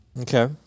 Okay